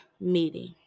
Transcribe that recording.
meeting